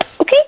Okay